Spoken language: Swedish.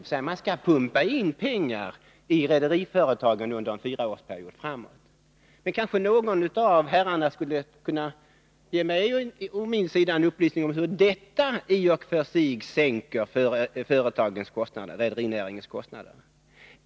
Man skall med andra ord pumpa in pengar i rederiföretagen under en fyraårsperiod framöver. Kanske någon av herrarna skulle kunna ge mig en upplysning om hur detta i och för sig sänker rederinäringens kostnader.